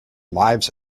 lives